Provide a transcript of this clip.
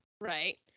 Right